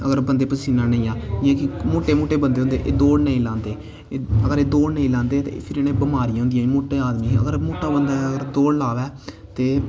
अगर बंदे गी पसीना नेईं आवै जियां कि मोटो मोटे बंदे होंदे एह् दौड़ नेईं लांदे अगर एह् दौड़ नेईं लांदे ते फिर इनें गी बमारियां होंदियां मुट्टे आदमियें गी अगर मुट्टा बंदा अगर दौड़ लावै ते